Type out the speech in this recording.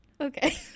Okay